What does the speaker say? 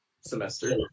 semester